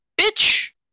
Bitch